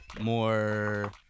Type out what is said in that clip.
more